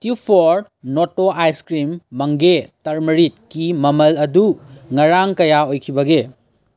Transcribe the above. ꯇ꯭ꯌꯨꯕ ꯐꯣꯔ ꯅꯣꯇꯣ ꯑꯥꯏꯁꯀ꯭ꯔꯤꯝ ꯃꯪꯒꯦ ꯇꯔꯃꯔꯤꯛꯀꯤ ꯃꯃꯜ ꯑꯗꯨ ꯉꯔꯥꯡ ꯀꯌꯥ ꯑꯣꯏꯈꯤꯕꯒꯦ